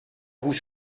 vous